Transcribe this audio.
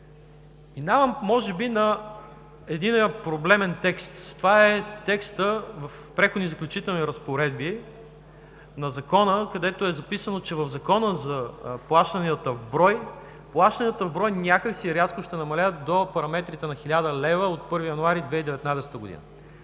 Минавам може би на единия проблемен текст и това е текстът в Преходни и заключителни разпоредби на Закона, където е записано, че в Закона за плащанията в брой, плащанията в брой някак си рязко ще намалеят до параметрите на 1000 лв. от 1 януари 2019 г.